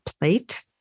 plate